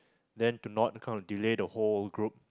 then to not kind of delay the whole group